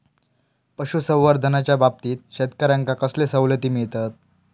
पशुसंवर्धनाच्याबाबतीत शेतकऱ्यांका कसले सवलती मिळतत?